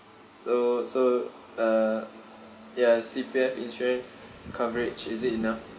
so so uh ya C_P_F insurance coverage is it enough